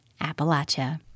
Appalachia